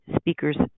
speakers